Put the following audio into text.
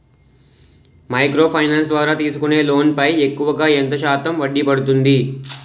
Micro finance ద్వారా తీసుకునే loan పై ఎక్కువుగా ఎంత శాతం వడ్డీ పడుతుంది?